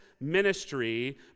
ministry